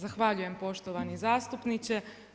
Zahvaljujem poštovani zastupniče.